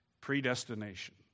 Predestination